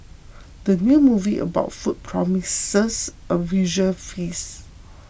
the new movie about food promises a visual feast